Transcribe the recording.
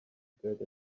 get